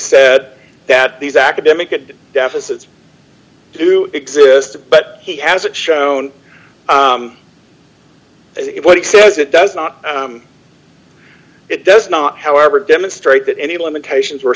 said that these academic good deficits do exist but he hasn't shown it what it says it does not it does not however demonstrate that any limitations were